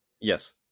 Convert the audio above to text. yes